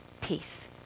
peace